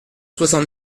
soixante